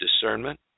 discernment